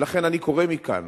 ולכן אני קורא מכאן